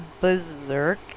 berserk